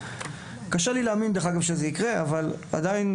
דרך אגב, קשה לי להאמין שזה יקרה, אבל עדיין,